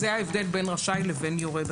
זה ההבדל בסעיף הזה בין רשאי לבין יורה.